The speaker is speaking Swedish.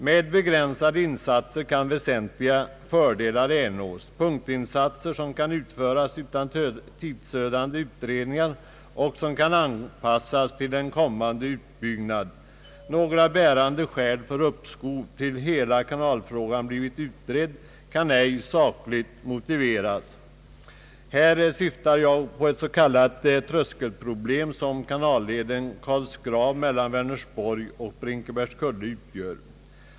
Med begränsade insatser — punktinsatser som kan utföras utan tidsödande utredningar och som kan anpassas till en kommande utbyggnad — kan väsentliga fördelar ernås. Några bärande, sakliga skäl för uppskov tills hela kanalfrågan blivit utredd finns ej. Här syftar jag på det s.k. tröskelproblem som :kanalleden Karlsgrav mellan Vänersborg och Brinkebergskulle utgör.